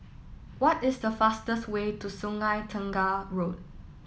what is the fastest way to Sungei Tengah Road